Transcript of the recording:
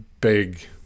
big